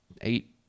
eight